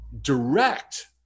direct